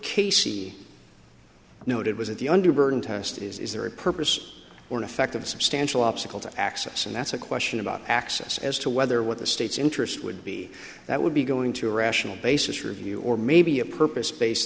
casey no it was at the under burton test is there a purpose or an effect of substantial obstacle to access and that's a question about access as to whether what the state's interest would be that would be going to a rational basis review or maybe a purpose based